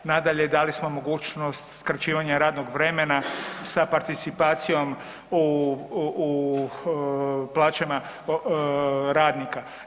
Nadalje, dali smo mogućnost skraćivanja radnog vremena sa participacijom u plaćama radnika.